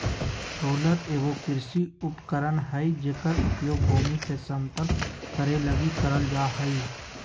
roller एगो कृषि उपकरण हइ जेकर उपयोग भूमि के समतल करे लगी करल जा हइ